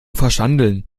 verschandeln